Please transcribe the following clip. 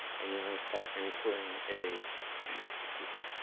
and you're and incurring a excuse me